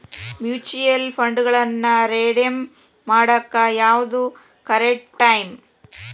mutual ಫಂಡ್ಗಳನ್ನ redeem ಮಾಡಾಕ ಯಾವ್ದು ಕರೆಕ್ಟ್ ಟೈಮ್